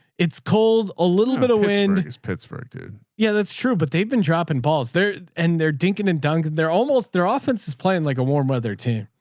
it's cold. a little bit of wind. it's pittsburgh, dude. yeah, that's true. but they've been dropping balls there and they're drinking and duncan. they're almost their ah offenses playing like a warm weather team.